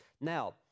Now